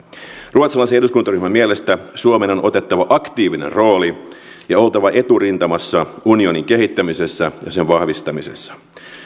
ruotsalaisen eduskuntaryhmän mielestä suomen on otettava aktiivinen rooli ja oltava eturintamassa unionin kehittämisessä ja sen vahvistamisessa